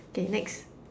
K next